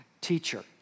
teacher